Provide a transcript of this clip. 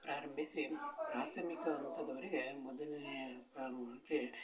ಪ್ರಾರಂಭಿಸಿ ಪ್ರಾಥಮಿಕ ಹಂತದವರೆಗೆ ಮೊದಲನೆ ಕಾನೂನಂತೆ